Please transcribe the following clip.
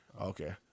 Okay